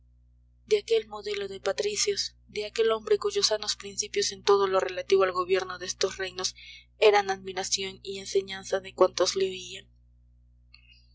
de aquel modelo de patricios de aquel hombre cuyos sanos principios en todo lo relativo al gobierno de estos reinos eran admiración y enseñanza de cuantos